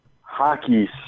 hockey